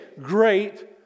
Great